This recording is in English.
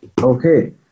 Okay